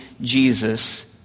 Jesus